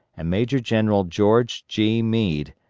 and major-general george g. meade,